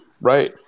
right